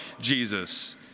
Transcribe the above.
Jesus